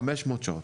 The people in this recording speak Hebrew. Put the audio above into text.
500 שעות,